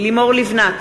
לימור לבנת,